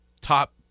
top